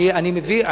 אני מבין.